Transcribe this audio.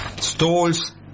stalls